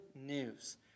news